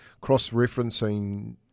cross-referencing